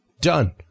Done